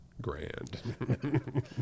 grand